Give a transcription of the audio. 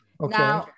Okay